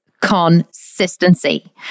consistency